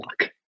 luck